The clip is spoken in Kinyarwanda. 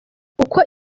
uko